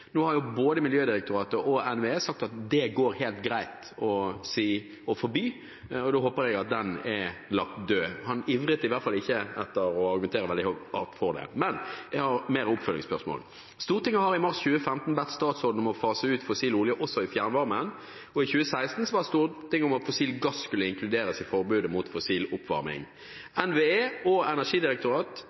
Nå har både Miljødirektoratet og NVE sagt at det går det helt greit å forby, og da håper jeg at den diskusjonen er lagt død. Han ivret i hvert fall ikke etter å argumentere veldig hardt for det. Jeg har flere oppfølgingsspørsmål. Stortinget ba i mars 2015 statsråden om å fase ut fossil olje også i fjernvarmen, og i 2016 ba Stortinget om at fossil gass skulle inkluderes i forbudet mot fossil oppvarming. NVE,